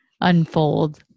unfold